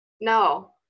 No